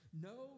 No